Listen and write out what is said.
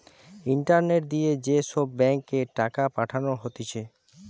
internet দিয়ে যে সব ব্যাঙ্ক এ টাকা পাঠানো হতিছে